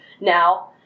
now